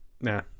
nah